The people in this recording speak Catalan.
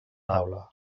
taula